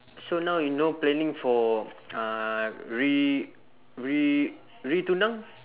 so now you no planning for uh re~ re~ re-tunang